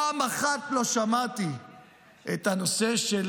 פעם אחת לא שמעתי את הנושא של